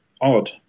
odd